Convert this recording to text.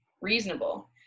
reasonable